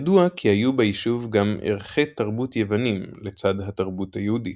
ידוע כי היו ביישוב גם ערכי תרבות יוונים לצד התרבות היהודית.